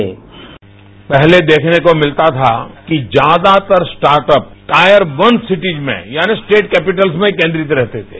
sound bite पहले देखने को मिलता था कि ज्यादातर स्टार्टअप टायर वन सिटीज में यानि स्टेट कैपिटल्स में केंद्रित रहते थे